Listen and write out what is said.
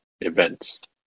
event